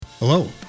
Hello